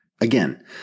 Again